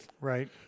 Right